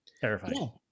terrifying